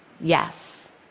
yes